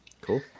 Cool